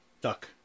Duck